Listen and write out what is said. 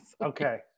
Okay